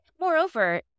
Moreover